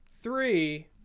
three